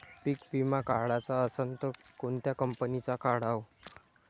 पीक विमा काढाचा असन त कोनत्या कंपनीचा काढाव?